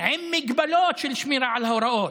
כי בדקתי את הנתונים וחזרתי ובדקתי.